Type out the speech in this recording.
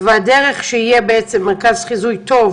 נמצא איתנו ממרכז חיזוי שיטפונות?